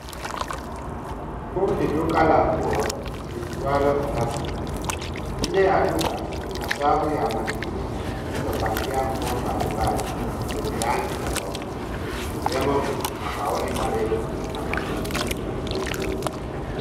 Huu ni duka la nguo liitwalo Classic. Nje ya duka kuna safu ya mannequin zilizovalia nguo mbalimbali zenye rangi tofauti ikiwemo magauni marefu na mafupi.